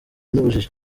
n’ubujiji